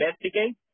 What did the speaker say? investigate